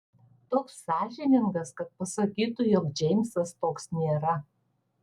toks sąžiningas kad pasakytų jog džeimsas toks nėra